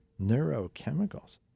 Neurochemicals